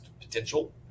potential